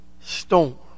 storm